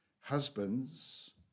Husbands